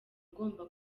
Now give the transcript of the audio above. ugomba